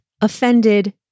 offended